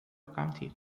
county